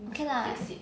okay lah